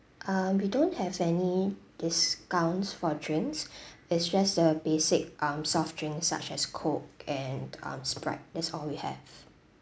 um we don't have any discounts for drinks it's just the basic um soft drinks such as coke and um sprite that's all we have